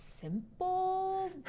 simple